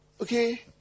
Okay